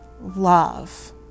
love